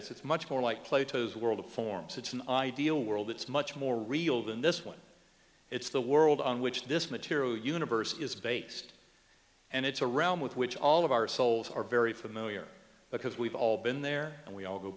is it's much more like plato's world of forms it's an ideal world it's much more real than this one it's the world in which this material universe is based and it's a realm with which all of our souls are very familiar because we've all been there and we all go